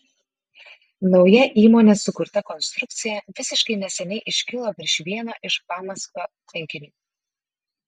nauja įmonės sukurta konstrukcija visiškai neseniai iškilo virš vieno iš pamaskvio tvenkinių